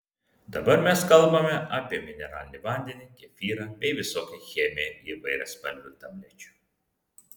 dabar mes kalbame apie mineralinį vandenį kefyrą bei visokią chemiją įvairiaspalvių tablečių